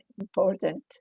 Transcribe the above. important